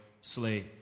Slay